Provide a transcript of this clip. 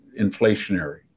inflationary